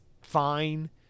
fine